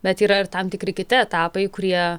bet yra ir tam tikri kiti etapai kurie